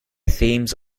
themes